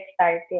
started